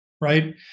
right